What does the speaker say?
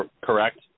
correct